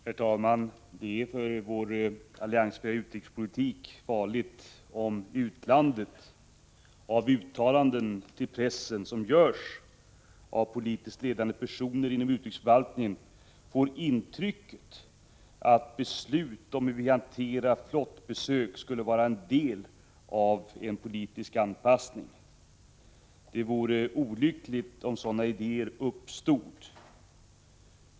Herr talman! Det är för vår alliansfria utrikespolitik farligt om man i utlandet, av uttalanden till pressen som görs av politiskt ledande personer inom utrikesförvaltningen, får intrycket att beslut om hur vi hanterar flottbesök skulle vara en del i en politisk anpassning. Det vore olyckligt om sådana idéer uppstod.